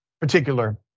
particular